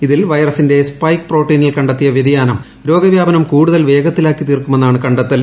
ഇതിൽ വൈറസിന്റെ സ്പൈക്ക് പ്രോട്ടീനിൽ കണ്ടെത്തിയ വ്യതിയാനം രോഗവ്യാപനം കൂടുതൽ വേഗത്തിലാക്കി തീർക്കുമെന്നാണ് കണ്ടെത്തൽ